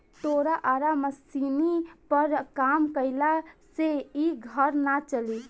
तोरा आरा मशीनी पर काम कईला से इ घर ना चली